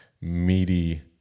meaty